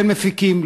כן מפיקים,